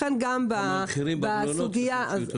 כן, באירופה, בארצות הברית.